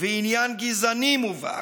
ועניין גזעני מובהק.